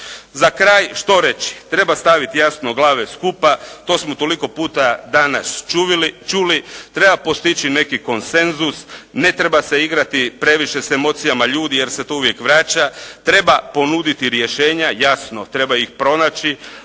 Za kraj, što reći? Treba staviti jasno glave skupa, to smo toliko puta danas čuli, treba postići neki konsenzus, ne treba se igrati previše s emocijama ljudi jer se to uvijek vraća, treba ponuditi rješenja, jasno treba ih pronaći,